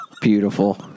Beautiful